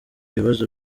bibazo